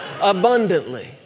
abundantly